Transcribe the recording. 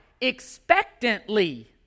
Expectantly